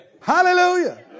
Hallelujah